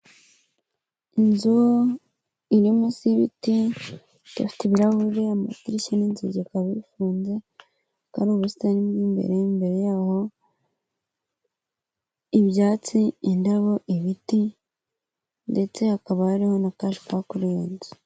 Inzu iri munsi y'ibiti, ifite ibirahuri, amadirishya n'inzige bikaba bifunze hakaba hari ubusitani imbere yaho, ibyatsi, indabo, ibiti, ndetse hakaba hariho na cash power kuri iyo nzu.